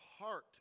heart